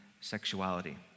sexuality